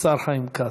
השר חיים כץ.